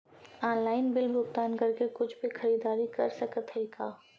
Online bill भुगतान करके कुछ भी खरीदारी कर सकत हई का?